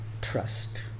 trust